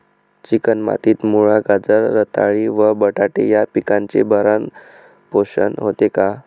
Chicken मातीत मुळा, गाजर, रताळी व बटाटे या पिकांचे भरण पोषण होते का?